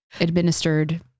administered